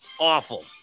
awful